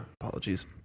Apologies